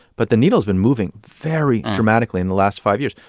but the needle's been moving very dramatically in the last five years.